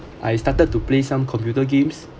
I started to play some computer games